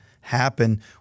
happen